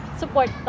support